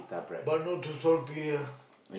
but not too salty ah